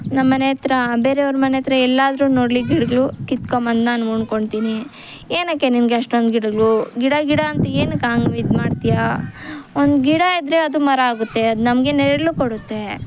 ನಮ್ಮನೆ ಹತ್ರ ಬೇರೆಯವ್ರ ಮನೆ ಹತ್ರ ಎಲ್ಲದ್ರೂ ನೋಡಲಿ ಗಿಡಗಳು ಕಿತ್ಕೊಂಡ್ಬಂದು ನಾನು ಉಣ್ಕೊಳ್ತೀನಿ ಏಕೆ ನಿನಗೆ ಅಷ್ಟೊಂದು ಗಿಡಗಳು ಗಿಡ ಗಿಡ ಅಂತ ಏಕೆ ಹಂಗೆ ಇದು ಮಾಡ್ತೀಯಾ ಒಂದು ಗಿಡ ಇದ್ದರೆ ಅದು ಮರ ಆಗುತ್ತೆ ಅದು ನಮಗೆ ನೆರಳು ಕೊಡುತ್ತೆ